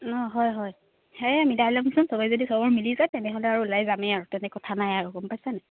অঁ হয় হয় সেয়ে মিলাই ল'মচোন চবে যদি চবৰ মিলি যায় তেনেহ'লে আৰু ওলাই যামেই আৰু তেনে কথা নাই আৰু গম পাইছে নে